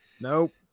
Nope